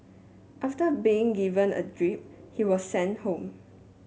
after being given a drip he was sent home